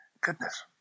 Goodness